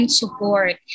support